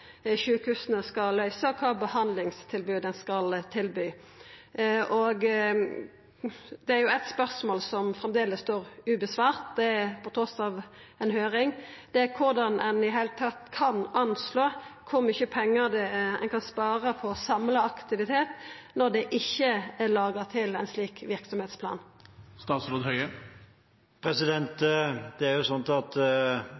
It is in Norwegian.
sjukehusa skal løysa, og kva behandlingstilbod ein skal gi. Det er eitt spørsmål som ein framleis ikkje har svaret på, trass i ei høyring. Det er korleis ein i det heile kan anslå kor mykje pengar ein kan spara på å samla aktivitet når det ikkje er laga ein slik